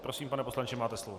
Prosím, pane poslanče, máte slovo.